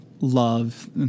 love